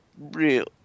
real